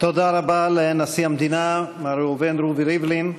תודה רבה לנשיא המדינה מר ראובן רובי ריבלין.